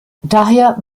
daher